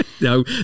No